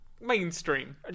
Mainstream